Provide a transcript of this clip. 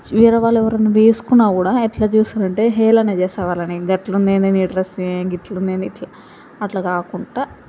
వేరేవాళ్ళు ఎవరైనా వేసుకున్నా కూడా ఎట్లా చూస్తరంటే హేళన చేస్తూ వాళ్ళని అట్లా ఉందేంటి నీ డ్రస్సు ఇట్ల ఉందేంటి ఇట్లా అట్లా కాకుండా